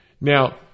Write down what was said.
Now